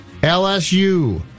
LSU